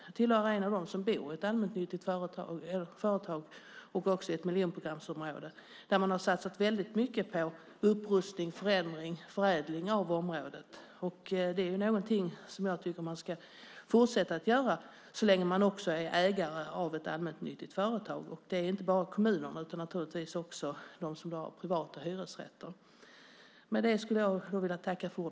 Jag hör till dem som bor hos ett allmännyttigt företag, och också i ett miljonprogramsområde, där man har satsat väldigt mycket på upprustning, förändring, förädling. Det är något som jag tycker att man ska fortsätta att göra så länge man är ägare av ett allmännyttigt företag. Och det gäller inte bara kommunerna utan naturligtvis också dem som har privata hyresrätter.